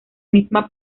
misma